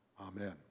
Amen